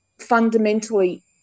fundamentally